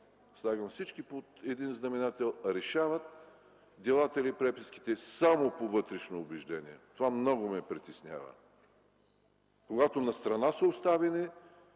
(слагам всички под един знаменател) решават делата или преписките само по вътрешно убеждение. Много ме притеснява, когато настрана са оставени